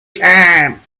time